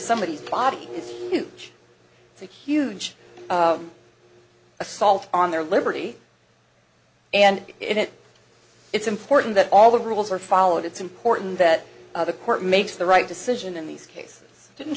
somebody's body is huge it's a huge assault on their liberty and it it's important that all the rules are followed it's important that the court makes the right decision in these cases didn't